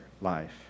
life